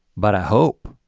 but i hope.